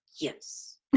yes